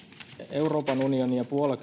euroopan unioni ja puola